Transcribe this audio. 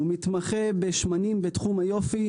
הוא מתמחה בשמנים בתחום היופי,